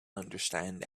understand